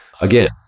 Again